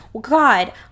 God